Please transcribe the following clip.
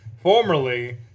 formerly